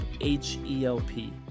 H-E-L-P